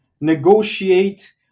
negotiate